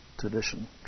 tradition